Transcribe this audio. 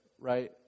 right